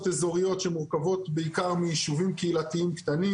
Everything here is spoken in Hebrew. אזוריות שמורכבים בעיקר מישובים קהילתיים קטנים.